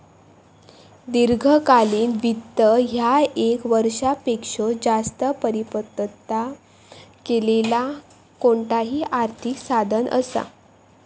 दीर्घकालीन वित्त ह्या ये क वर्षापेक्षो जास्त परिपक्वता असलेला कोणताही आर्थिक साधन असा